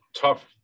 tough